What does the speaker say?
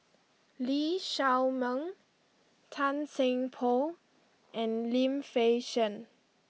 Lee Shao Meng Tan Seng Poh and Lim Fei Shen